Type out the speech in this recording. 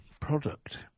product